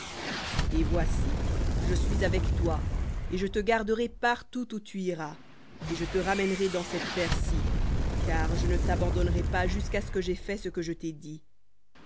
et voici je suis avec toi et je te garderai partout où tu iras et je te ramènerai dans cette terre ci car je ne t'abandonnerai pas jusqu'à ce que j'aie fait ce que je t'ai dit